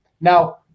now